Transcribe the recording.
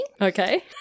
Okay